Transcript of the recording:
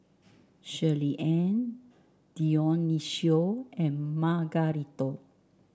Shirleyann Dionicio and Margarito